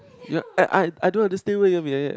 ya I I I don't understand what you mean